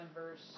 Verse